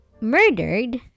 murdered